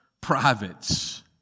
privates